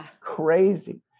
crazy